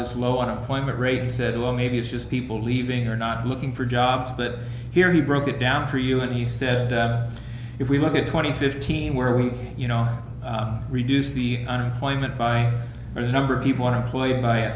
this low unemployment rate said well maybe it's just people leaving or not looking for jobs but here he broke it down for you and he said if we look at twenty fifteen where we you know reduce the unemployment by the number of people unemployed by a